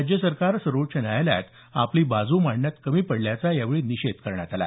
राज्य सरकार सर्वोच्च न्यायालयात आपली बाजू मांडण्यात कमी पडल्याचा निषेध यावेळी करण्यात आला